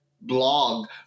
blog